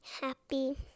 Happy